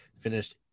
finished